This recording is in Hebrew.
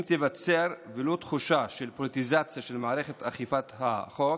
אם תיווצר ולו תחושה של פוליטיזציה של מערכת אכיפת החוק,